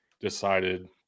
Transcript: decided